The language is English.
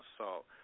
assault